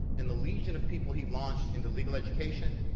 and the legion of people he launched into legal education,